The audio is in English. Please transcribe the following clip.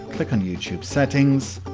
click on youtube settings,